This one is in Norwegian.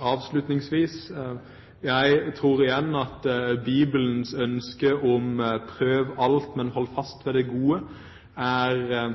Avslutningsvis: Jeg tror at Bibelens ønske, «prøv alt og hold fast på det gode», er